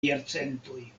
jarcentoj